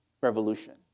revolution